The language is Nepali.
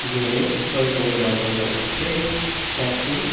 धेरै प्रयोग गर्ने माध्यम भनेको चाहिँ ट्याक्सी